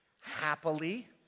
happily